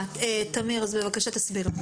תמיר, בבקשה תסביר.